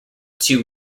two